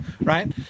right